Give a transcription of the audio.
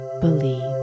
believe